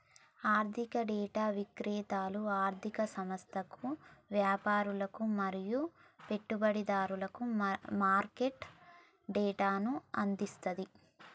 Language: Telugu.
ఆర్థిక డేటా విక్రేతలు ఆర్ధిక సంస్థలకు, వ్యాపారులు మరియు పెట్టుబడిదారులకు మార్కెట్ డేటాను అందిస్తది